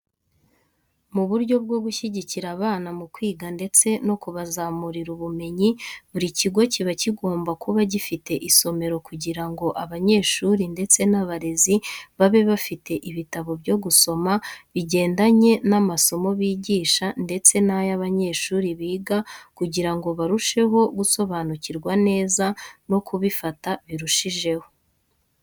Mu buryo bwo gushyigikira abana mu kwiga ndetse no kubazamurira ubumenyi, buri kigo kiba kigomba kuba gifite isomero kugira ngo abanyeshuri ndetse n'abarezi babe bafite ibitabo byo gusoma bigendanye n'amasomo bigisha ndetse n'ayo abanyeshuri biga kugira ngo barusheho gusobanukirwa neza no kubifata birushijeho.